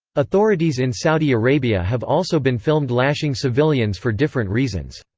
authorities in saudi arabia have also been filmed lashing civilians for different reasons.